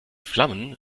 flammen